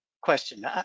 question